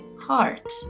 heart